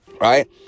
right